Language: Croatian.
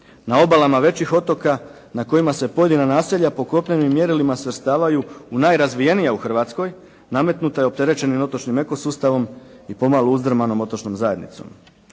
Na obalama većih otoka na kojima se pojedina naselja po kopnenim mjerilima svrstavaju u najrazvijenija u Hrvatskoj nametnuta je opterećenim otočnim ekosustavom i pomalo uzdrmanom otočnom zajednicom.